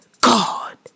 God